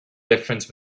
difference